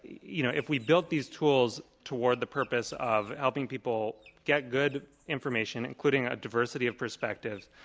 you know if we built these tools toward the purpose of helping people get good information, including a diversity of perspective,